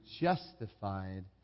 justified